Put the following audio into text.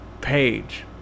page